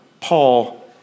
Paul